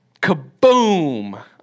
kaboom